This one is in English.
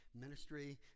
ministry